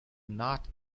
not